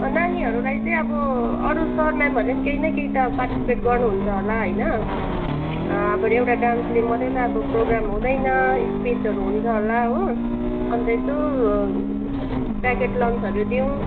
नानीहरूलाई चाहिँ अब अरू सरमेमहरूले पनि केही न केही त पार्टिसिपेट गर्नुहुन्छ होला होइन बरू एउडा डान्सले मात्रै त अब प्रोग्राम हुँदैन स्पिचहरू हुन्छ होला हो अन्त यसो प्याकेट लन्चहरू दिउँ